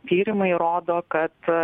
tyrimai rodo kad